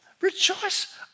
rejoice